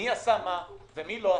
מי עשה מה ומי לא עשה,